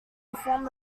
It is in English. reform